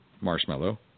marshmallow